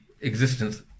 existence